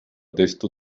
texto